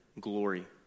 glory